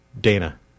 Dana